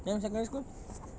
then secondary school